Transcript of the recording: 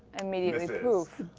immediately poof.